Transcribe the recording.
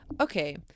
Okay